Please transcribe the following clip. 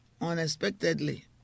unexpectedly